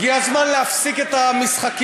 הגיע הזמן להפסיק את המשחקים,